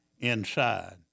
inside